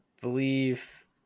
believe